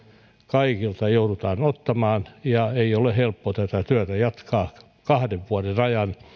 kaikilta joudutaan ottamaan ja ei ole helppo tätä työtä jatkaa kahden vuoden ajan